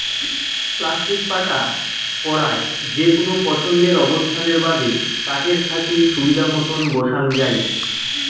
plastic পাটা পরায় যেকুনো পছন্দের অবস্থানের বাদে কাঠের থাকি সুবিধামতন বসাং যাই